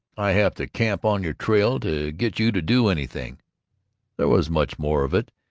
i have to camp on your trail to get you to do anything there was much more of it,